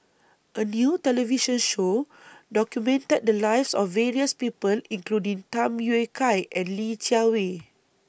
A New television Show documented The Lives of various People including Tham Yui Kai and Li Jiawei